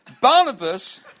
Barnabas